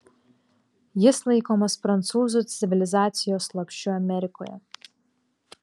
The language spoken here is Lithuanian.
jis laikomas prancūzų civilizacijos lopšiu amerikoje